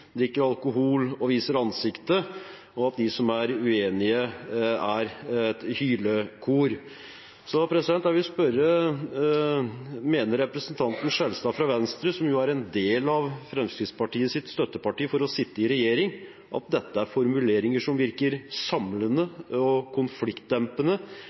drikker alkohol og viser ansiktet, og at de som er uenige, er et hylekor. Jeg vil spørre: Mener representanten Skjelstad fra Venstre, som jo er et av Fremskrittspartiets støttepartier for å sitte i regjering, at dette er formuleringer som virker